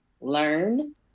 Learn